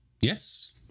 Yes